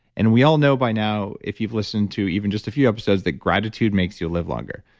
and we all know by now, if you've listened to even just a few episodes, that gratitude makes you live longer.